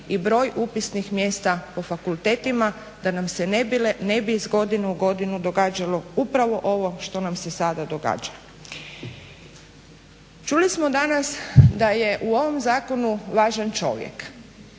i broj upisnih mjesta u fakultetima da nam se ne bi iz godine u godinu događalo upravo ovo što nam se sada događa. Čuli smo danas da je u ovom zakonu važan čovjek.